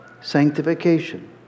Sanctification